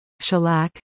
shellac